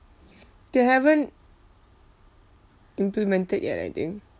they haven't implemented yet I think